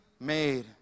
made